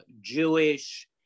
Jewish